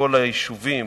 כל היישובים